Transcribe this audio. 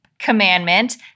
commandment